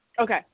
Okay